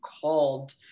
called